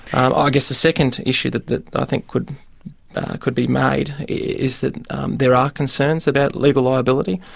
um ah guess the second issue that that i think could could be made is that there are concerns about legal liability.